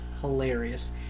hilarious